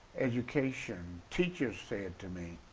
education. teachers said to me,